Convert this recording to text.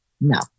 No